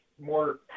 more